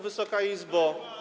Wysoka Izbo!